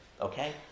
Okay